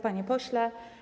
Panie Pośle!